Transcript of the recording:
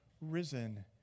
risen